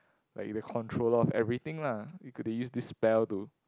like you the controller of everything lah it could be use this spell to